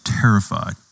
terrified